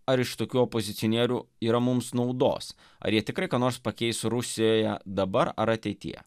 ar iš tokių opozicionierių yra mums naudos ar jie tikrai ką nors pakeis rusijoje dabar ar ateityje